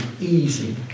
easy